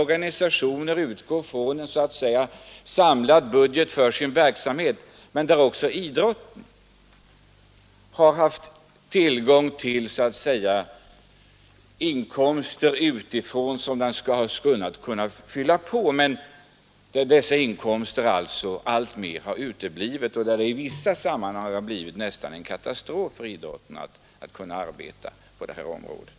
Organisationerna utgår från en samlad budget för sin verksamhet, och idrotten har hittills haft tillgång till inkomster utifrån som man kunnat fylla på med. Men de inkomsterna har nu uteblivit alltmer, och i vissa sammanhang har detta betytt nära nog en katastrof för idrotten och gjort det omöjligt att arbeta som tidigare.